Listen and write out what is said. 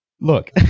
look